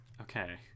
okay